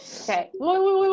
okay